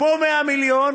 פה 100 מיליון,